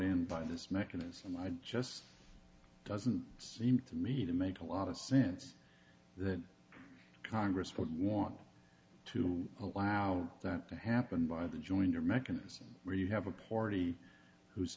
him by this mechanism i just doesn't seem to me to make a lot of sense that congress would want to allow that to happen by the jointer mechanism where you have a party who